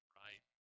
right